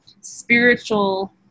spiritual